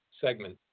segment